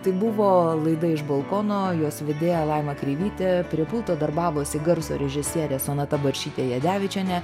tai buvo laida iš balkono jos vedėja laima kreivytė prie pulto darbavosi garso režisierė sonata baršytė jadevičienė